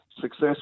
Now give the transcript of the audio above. success